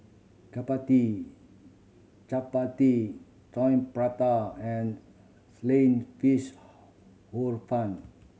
chappati chappati Coin Prata and sliced fish Hor Fun